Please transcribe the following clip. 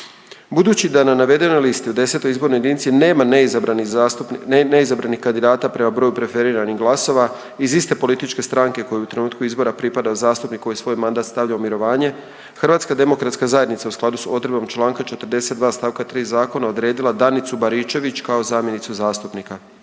Budući da na navedenoj listi u 9. izbornoj jedinici nema neizabranih kandidata, prema broju preferiranih glasova iz iste političke stranke kojoj u trenutku izbora pripada zastupnik koji stavlja mandat u mirovine, Domovinski pokret je u skladu s odredbom čl. 42 st. 3 zakona odredio Ivu Čaleta Cara kao zamjenika zastupnika.